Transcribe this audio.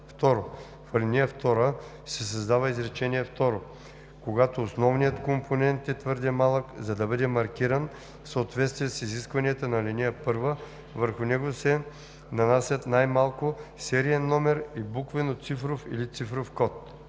2. В ал. 2 се създава изречение второ: „Когато основният компонент е твърде малък, за да бъде маркиран в съответствие с изискванията на ал. 1, върху него се нанасят най-малко сериен номер и буквено-цифров или цифров код.“